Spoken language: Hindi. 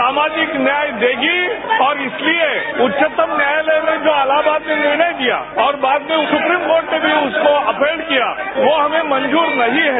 सामाजिक न्याय देगी और इसलिए उच्चतम न्यायालय में जो इलाहाबाद में निर्णय दिया और बाद में सुप्रीम कोर्ट ने भी उसको अफेंड किया वो हमें मंजूर नहीं है